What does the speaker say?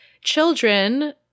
children